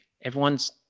Everyone's